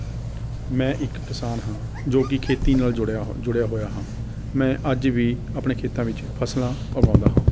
ਮੈਂ ਇੱਕ ਕਿਸਾਨ ਹਾਂ ਜੋ ਕਿ ਖੇਤੀ ਨਾਲ ਜੁੜਿਆ ਹ ਜੁੜਿਆ ਹੋਇਆ ਹਾਂ ਮੈਂ ਅੱਜ ਵੀ ਆਪਣੇ ਖੇਤਾਂ ਵਿੱਚ ਫਸਲਾਂ ਉਗਾਉਂਦਾ ਹਾਂ